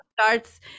starts